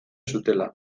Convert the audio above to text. zutela